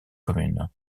commune